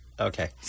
Okay